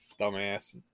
dumbass